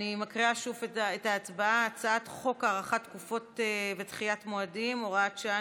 אני קוראת שוב: הצעת חוק הארכת תקופות ודחיית מועדים (הוראת שעה,